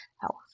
health